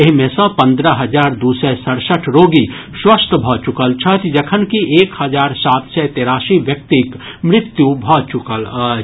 एहि मे सँ पन्द्रह हजार दू सय सड़सठ रोगी स्वस्थ भऽ चुकल छथि जखन कि एक हजार सात सय तेरासी व्यक्तिक मृत्यु भऽ चुकल अछि